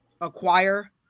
Acquire